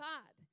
God